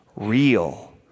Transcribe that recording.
real